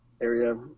area